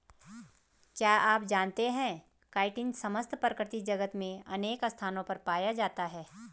क्या आप जानते है काइटिन समस्त प्रकृति जगत में अनेक स्थानों पर पाया जाता है?